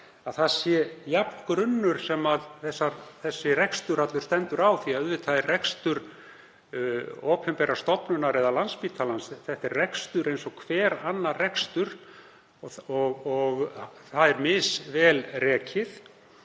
þar sé jafn grunnur sem þessi rekstur allur stendur á því að auðvitað er rekstur opinberrar stofnunar eins og Landspítalans eins og hver annar rekstur og það er misvel rekið.